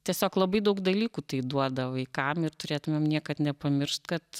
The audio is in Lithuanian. tiesiog labai daug dalykų tai duoda vaikam ir turėtumėm niekad nepamiršt kad